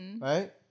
Right